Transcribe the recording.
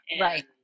Right